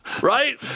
Right